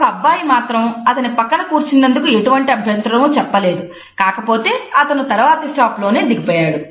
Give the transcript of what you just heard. ఒక అబ్బాయి మాత్రం అతని పక్కన కూర్చున్నందుకు ఎటువంటి అభ్యంతరము చెప్పలేదు కానీ అతను తరువాతి స్టాప్ లోనే దిగిపోయాడు